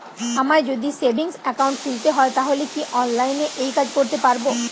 আমায় যদি savings account খুলতে হয় তাহলে কি অনলাইনে এই কাজ করতে পারবো?